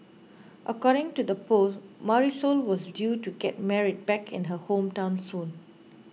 according to the post Marisol was due to get married back in her hometown soon